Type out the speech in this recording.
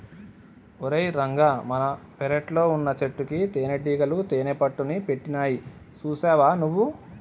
ఓరై రంగ మన పెరట్లో వున్నచెట్టుకి తేనటీగలు తేనెపట్టుని పెట్టినాయి సూసావా నువ్వు